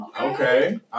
Okay